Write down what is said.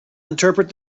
interpret